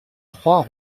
trois